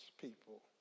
people